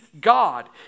God